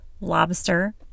lobster